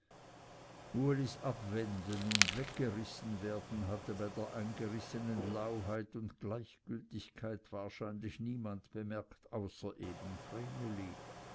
ulis abwenden und weggerissenwerden hatte bei der eingerissenen lauheit und gleichgültigkeit wahrscheinlich niemand bemerkt außer eben